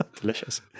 Delicious